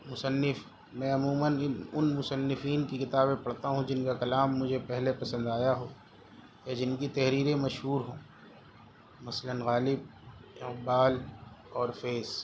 مصنف میں عموماً ان ان مصنفین کی کتابیں پڑھتا ہوں جن کا کلام مجھے پہلے پسند آیا ہو یا جن کی تحریریں مشہور ہوں مثلاً غالب اقبال اور فیض